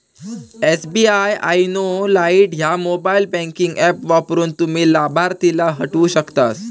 SBI YONO lite ह्या mobile banking app वापरून, तुम्ही लाभार्थीला हटवू शकतास